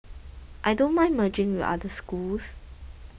I don't mind merging with other schools